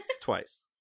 twice